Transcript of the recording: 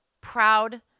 proud